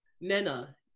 Nena